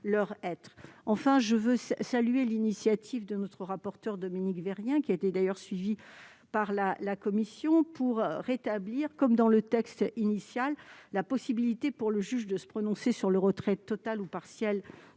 Enfin, je veux saluer l'initiative de notre rapporteure Dominique Vérien, d'ailleurs suivie par la commission des lois, de rétablir, comme dans le texte initial, la possibilité pour le juge de se prononcer sur le retrait total ou partiel